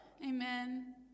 Amen